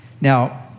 Now